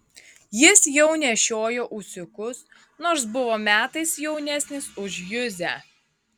jis jau nešiojo ūsiukus nors buvo metais jaunesnis už juzę